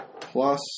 Plus